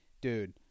dude